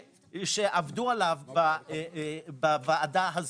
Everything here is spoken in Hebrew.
שעבדו עליו בוועדה הזו,